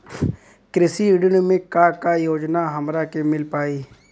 कृषि ऋण मे का का योजना हमरा के मिल पाई?